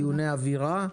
דיוני אווירה,